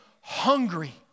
hungry